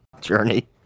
journey